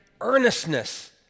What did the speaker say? earnestness